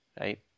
Right